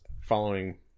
following